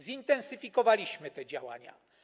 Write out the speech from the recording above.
Zintensyfikowaliśmy te działania.